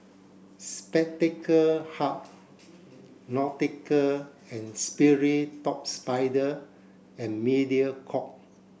Spectacle Hut Nautica and Sperry Top Sider and Mediacorp